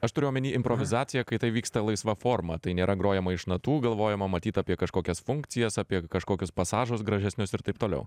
aš turiu omeny improvizaciją kai tai vyksta laisva forma tai nėra grojama iš natų galvojama matyt apie kažkokias funkcijas apie kažkokius pasažus gražesnius ir taip toliau